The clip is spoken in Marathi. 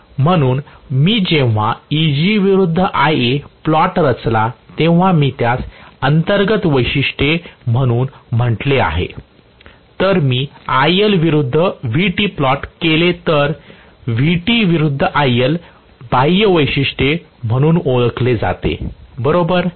म्हणून मी जेव्हा Eg विरूद्ध Ia प्लॉट रचला तेव्हा मी त्यास अंतर्गत वैशिष्ट्ये म्हणून म्हटले आहे तर मी IL विरूद्ध Vt प्लॉट केले तर Vt विरूद्ध IL बाह्य वैशिष्ट्ये म्हणून ओळखले जाते बरोबर